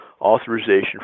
authorization